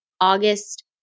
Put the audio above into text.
August